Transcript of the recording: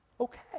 Okay